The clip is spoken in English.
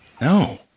No